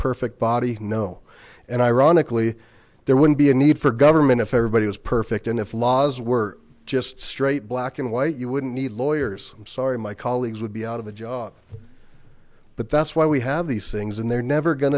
perfect body no and ironically there wouldn't be a need for government if everybody was perfect and if laws were just straight black and white you wouldn't need lawyers i'm sorry my colleagues would be out of a job but that's why we have these things and they're never going